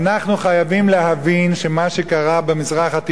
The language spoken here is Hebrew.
אנחנו חייבים להבין שמה שקרה במזרח התיכון,